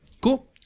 Cool